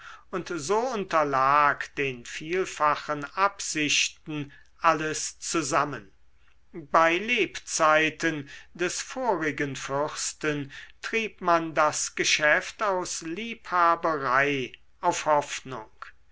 und so unterlag den vielfachen absichten alles zusammen bei lebzeiten des vorigen fürsten trieb man das geschäft aus liebhaberei auf hoffnung